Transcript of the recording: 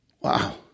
Wow